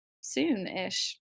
soon-ish